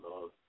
love